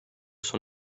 son